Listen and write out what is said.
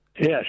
Yes